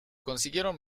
consiguieron